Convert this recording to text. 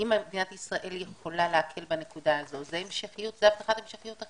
ואם מדינת ישראל יכולה להקל בנקודה הזו זו המשכיות הכי